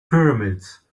pyramids